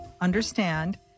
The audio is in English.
understand